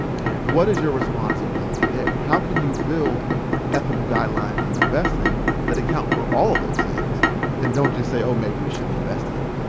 yeah what is your responsibility there? how can you build ethical guidelines in investing that account for all of those things and don't just say, oh, maybe we shouldn't invest here?